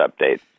update